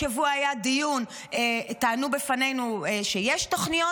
השבוע היה דיון, טענו בפנינו שיש תוכניות.